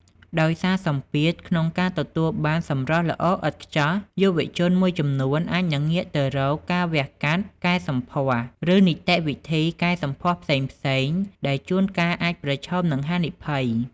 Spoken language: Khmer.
ដោយសារតែសម្ពាធក្នុងការទទួលបានសម្រស់ល្អឥតខ្ចោះ យុវជនមួយចំនួនអាចនឹងងាកទៅរកការវះកាត់កែសម្ផស្ស ឬនីតិវិធីកែសម្ផស្សផ្សេងៗ ដែលជួនកាលអាចប្រឈមនឹងហានិភ័យ។